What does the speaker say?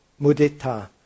mudita